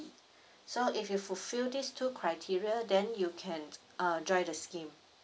so if you fulfill this two criteria then you can uh enjoy the scheme